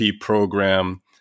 program